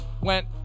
went